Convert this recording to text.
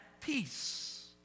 peace